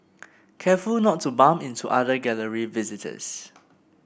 careful not to bump into other Gallery visitors